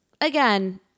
again